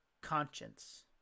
conscience